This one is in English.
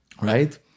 Right